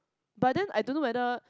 but then I don't know whether